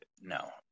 no